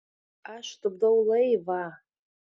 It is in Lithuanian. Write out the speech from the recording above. aš tupdau laivą